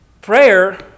Prayer